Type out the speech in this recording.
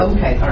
Okay